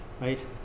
right